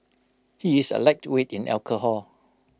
he is A lightweight in alcohol